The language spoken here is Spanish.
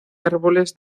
árboles